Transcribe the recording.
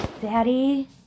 Daddy